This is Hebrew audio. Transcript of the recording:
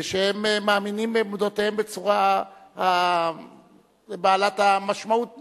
ושהן מאמינות בעמדותיהן בצורה בעלת משמעות ביותר,